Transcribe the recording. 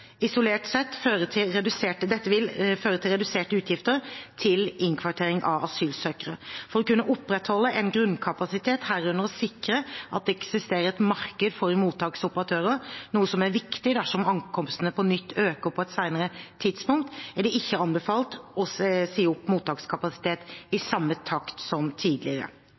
isolert sett føre til reduserte utgifter til innkvartering av asylsøkere. For å kunne opprettholde en grunnkapasitet, herunder å sikre at det eksisterer et marked for mottaksoperatører, noe som er viktig dersom ankomstene på nytt øker på et senere tidspunkt, er det ikke anbefalt å si opp mottakskapasitet i samme takt som tidligere.